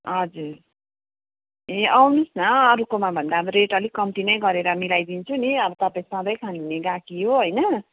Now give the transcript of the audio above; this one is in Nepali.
हजुर ए आउनुहोस् न अरूकोमाभन्दा अब रेट अलिक कम्ती नै गरेर मिलाइदिन्छु नि अब तपाईँ सधैँ खानुहुने गाहकी हो होइन